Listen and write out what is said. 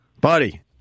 Buddy